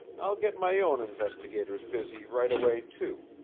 i'll get my own investigators busy right away, too,